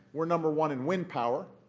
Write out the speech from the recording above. we're number one in wind power.